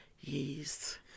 Yes